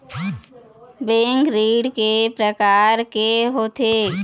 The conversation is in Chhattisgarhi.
बैंक ऋण के प्रकार के होथे?